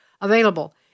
available